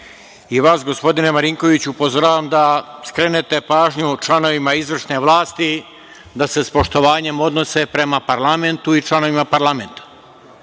gospodine Marinkoviću, upozoravam da skrenete pažnju članovima izvršne vlasti da se s poštovanjem odnose prema parlamentu i članovima parlamenta.